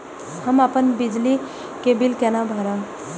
हम अपन बिजली के बिल केना भरब?